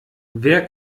wer